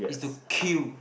is to queue